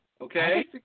okay